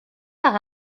par